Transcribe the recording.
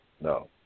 No